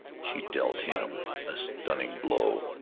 she dealt him a stunning blow,